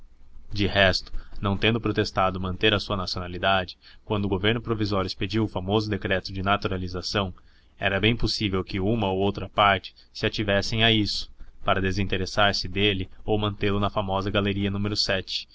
de resto não tendo protestado manter a sua nacionalidade quando o governo provisório expediu o famoso decreto de naturalização era bem possível que uma ou outra parte se ativessem a isso para desinteressar se dele ou mantê lo na famosa galeria